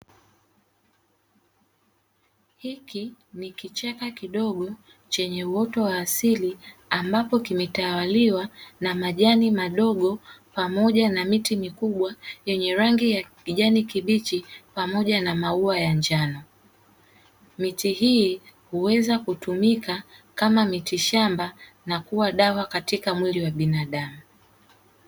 Hiki ni kichaka kidogo chenye uoto wa asili ambapo kimetawaliwa na majani madogo pamoja na miti mikubwa yenye rangi ya kijani kibichi pamoja na maua ya njano, miti hii huweza kutumika kama miti shamba na kuwa dawa katika mwili wa binadamu.